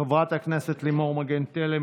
חברת הכנסת לימור מגן תלם,